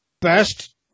best